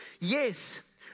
Yes